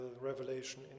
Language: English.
revelation